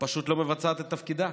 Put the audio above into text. פשוט לא מבצעת את תפקידה.